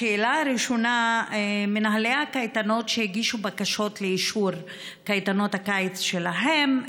השאלה הראשונה: מנהלי הקייטנות שהגישו בקשות לאישור קייטנות הקיץ שלהם,